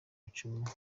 icumu